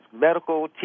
medical